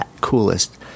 coolest